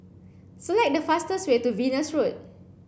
select the fastest way to Venus Road